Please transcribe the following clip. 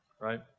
Right